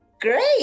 Great